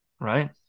Right